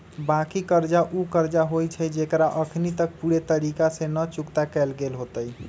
बाँकी कर्जा उ कर्जा होइ छइ जेकरा अखनी तक पूरे तरिका से न चुक्ता कएल गेल होइत